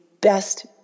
best